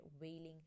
wailing